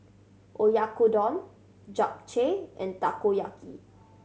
Oyakodon Japchae and Takoyaki